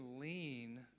lean